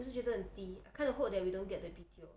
我也是觉得很低 I kinda hope that we don't get the B_T_O